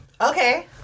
Okay